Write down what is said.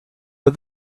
but